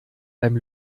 beim